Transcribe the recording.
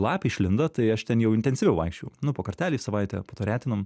lapė išlindo tai aš ten jau intensyviau vaikščiojau nu po kartelį į savaitę po to retinom